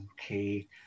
okay